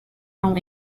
from